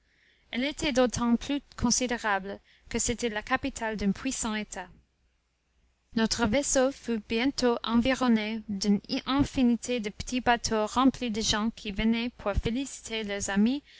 elle était d'autant plus considérable que c'était la capitale d'un puissant état notre vaisseau fut bientôt environné d'une infinité de petits bateaux remplis de gens qui venaient pour féliciter leurs amis